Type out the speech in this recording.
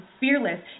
fearless